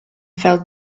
felt